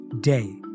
day